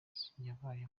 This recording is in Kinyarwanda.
yabaye